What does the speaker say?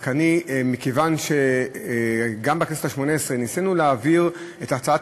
רק מכיוון שבכנסת השמונה-עשרה ניסינו להעביר את הצעת